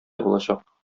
булачак